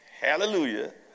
Hallelujah